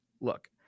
look